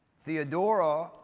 Theodora